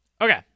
Okay